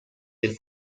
del